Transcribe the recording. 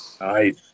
nice